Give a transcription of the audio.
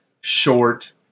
short